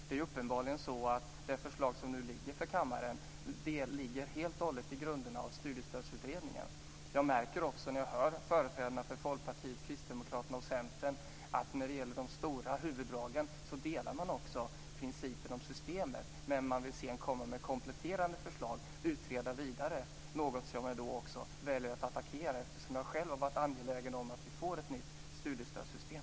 Det är uppenbarligen så att det förslag som kammaren nu har att ta ställning till helt och hållet följer grunderna i Studiestödsutredningens förslag. Jag märker också när jag hör företrädarna för Folkpartiet, Kristdemokraterna och Centern att man i huvuddragen ansluter sig till principerna i systemet men vill utreda vidare och få kompletterande förslag, något som jag väljer att attackera, eftersom jag själv har varit angelägen om att vi får ett nytt studiestödssystem.